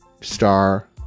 star